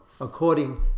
according